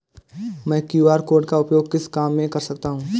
मैं QR code का उपयोग किस काम में कर सकता हूं?